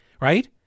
right